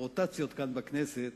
הרוטציות כאן בכנסת,